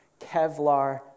Kevlar